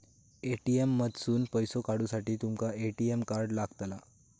ATM मधसून पैसो काढूसाठी तुमका ए.टी.एम कार्ड लागतला